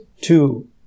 two